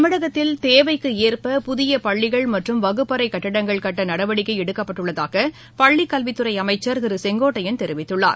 தமிழகத்தில் தேவைக்குஏற்ப புதியபள்ளிகள் மற்றும் வகுப்பறைகட்டங்கள் கட்டநடவடிக்கைஎடுக்கப்பட்டுள்ளதாகபள்ளிகல்வித் துறைஅமைச்சர் திருசெங்கோட்டையன் தெரிவித்துள்ளார்